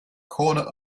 corner